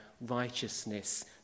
righteousness